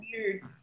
weird